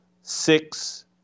six